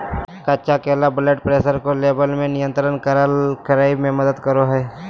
कच्चा केला blood pressure के लेवल के नियंत्रित करय में मदद करो हइ